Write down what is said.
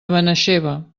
benaixeve